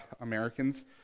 Americans